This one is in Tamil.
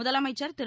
முதலமைச்சர் திரு